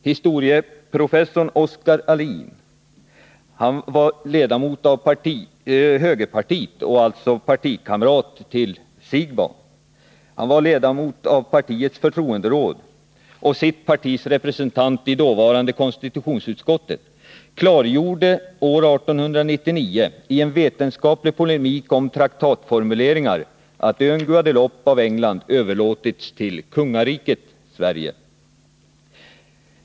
Historieprofessorn Oscar Ahlin, ledamot av högerpartiet — och alltså partikamrat till Bo Siegbahn — och ledamot av partiets förtroenderåd och sitt partis representant i dåvarande konstitutionsutskottet, klargjorde år 1899 i en vetenskaplig polemik om traktatformuleringar att ön Guadeloupe av England överlåtits till kungariket Sverige.